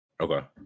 Okay